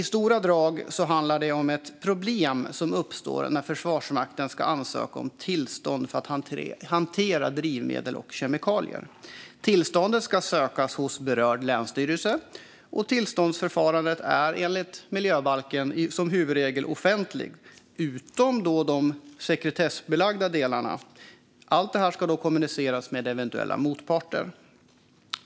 I stora drag handlar det om ett problem som uppstår när Försvarsmakten ska ansöka om tillstånd för att hantera drivmedel och kemikalier. Tillståndet ska sökas hos berörd länsstyrelse, och tillståndsförfarandet är enligt miljöbalken som huvudregel offentligt utom vad gäller de sekretessbelagda delarna. Allt detta ska kommuniceras med eventuella motparter.